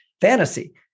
fantasy